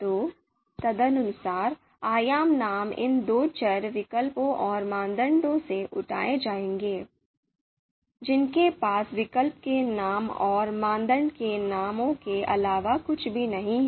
तो तदनुसार आयाम नाम इन दो चर विकल्पों और मानदंडों से उठाए जाएंगे जिनके पास विकल्पों के नाम और मानदंडों के नामों के अलावा कुछ भी नहीं है